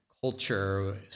culture